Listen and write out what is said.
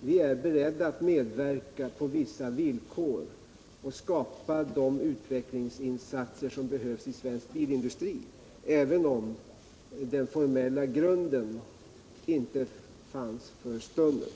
sade att vi var beredda att medverka på vissa villkor för att skapa de utvecklingsinsatser som behövs för svensk bilindustri, även om det formella underlaget för en sådan insats inte fanns för stunden.